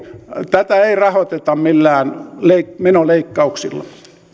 tätä ei rahoiteta millään menoleikkauksilla menemme